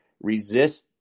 resist